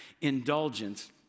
indulgence